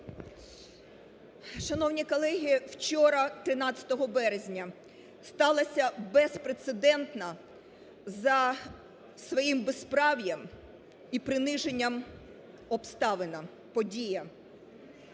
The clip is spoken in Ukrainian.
Шановні колеги, вчора 13 березня сталася безпрецедентна за своїм безправ'ям і приниженням обставина, подія.